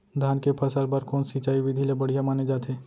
धान के फसल बर कोन सिंचाई विधि ला बढ़िया माने जाथे?